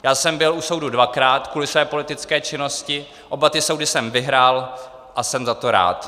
Já jsem byl u soudu dvakrát kvůli své politické činnosti, oba soudy jsem vyhrál a jsem za to rád.